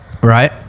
Right